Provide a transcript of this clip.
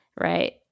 Right